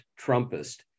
Trumpist